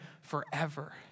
forever